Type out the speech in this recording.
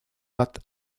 pat